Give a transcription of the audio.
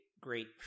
great